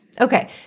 okay